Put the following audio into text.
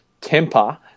temper